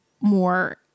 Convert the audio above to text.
more